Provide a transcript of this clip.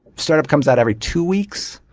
startup comes out every two weeks,